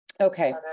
Okay